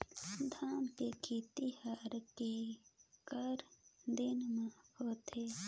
धान के खेती हर के करा दिन म होथे?